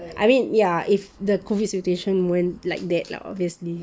I mean ya if the COVID situation weren't like that lah obviously